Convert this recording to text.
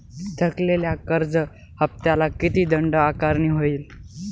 थकलेल्या कर्ज हफ्त्याला किती दंड आकारणी होईल?